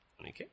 Okay